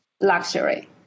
luxury